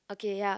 okay ya